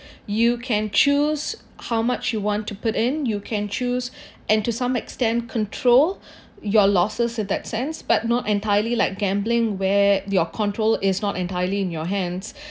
you can choose how much you want to put in you can choose and to some extent control your losses in that sense but not entirely like gambling where your control is not entirely in your hands